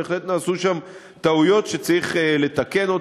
בהחלט נעשו שם טעויות שצריך לתקן.